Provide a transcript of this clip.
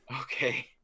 Okay